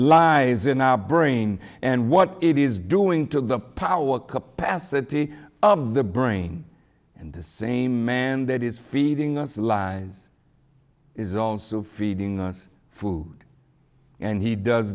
lies in our brain and what it is doing to the power capacity of the brain and the same man that is feeding us lies is also feeding us food and he does